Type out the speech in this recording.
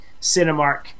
Cinemark